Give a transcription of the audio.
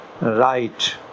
right